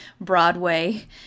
Broadway